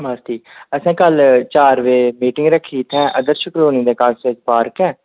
असें कल्ल चार बजे मीटिंग रक्खी दी ऐ आदर्श कालोनी दे कश पार्क ऐ